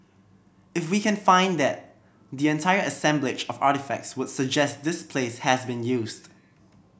if we can find that the entire assemblage of artefacts would suggest this place has been used